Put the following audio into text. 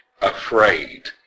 afraid